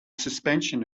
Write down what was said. suspension